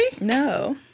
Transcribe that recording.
No